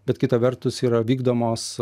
bet kita vertus yra vykdomos